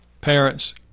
parents